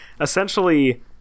essentially